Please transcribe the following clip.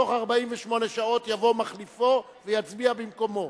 בתוך 48 שעות יבוא מחליפו ויצביע במקומו.